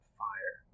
fire